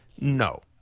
No